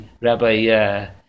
Rabbi